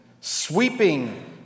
sweeping